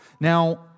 Now